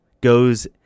goes